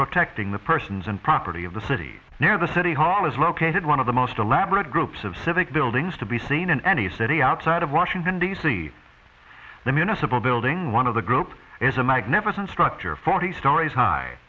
protecting the persons and property of the city near the city hall is located one of the most elaborate groups of civic buildings to be seen in any city outside of washington d c the municipal building one of the group is a magnificent structure forty stories high